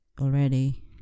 already